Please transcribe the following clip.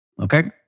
Okay